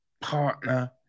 partner